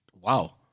Wow